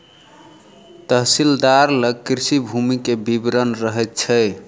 तहसीलदार लग कृषि भूमि के विवरण रहैत छै